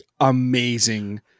amazing